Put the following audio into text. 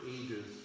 ages